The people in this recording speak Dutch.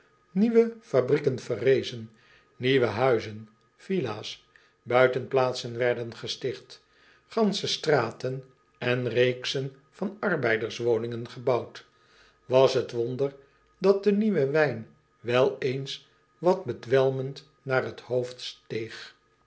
ieuwe fabrieken verrezen nieuwe huizen villa s buitenplaatsen werden gesticht gansche straten en reeksen van arbeiderswoningen gebouwd as het wonder dat de nieuwe wijn wel eens wat bedwelmend naar het hoofd steeg